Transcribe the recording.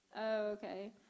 okay